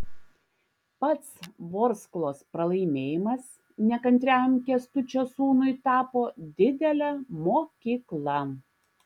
pats vorsklos pralaimėjimas nekantriajam kęstučio sūnui tapo didele mokykla